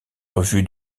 revue